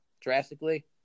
drastically